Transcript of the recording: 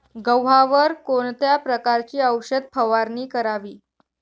गव्हावर कोणत्या प्रकारची औषध फवारणी करावी?